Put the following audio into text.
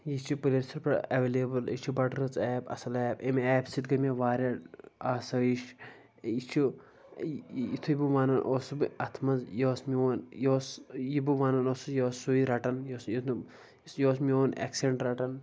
یہِ چھِ پٕلے پٮ۪ٹھ اٮ۪ولیبٕل یہِ چھُ بَڑٕ رٕژ ایپ اَصٕل ایپ اَمہِ ایپہِ سۭتۍ گٔے مےٚ واریاہ آسٲیِش یہِ چھُ یُتھُے بہٕ وَنان اوسُس بہٕ اَتھ منٛز یہِ اوس میون یہِ اوس یہِ بہٕ وَنان اوسُس یہِ اوس سُے رَٹان یہِ اوس یہِ اوس میون اٮ۪کسٮ۪نٛٹ رَٹان